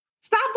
stop